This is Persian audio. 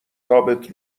ثابت